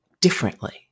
differently